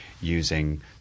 using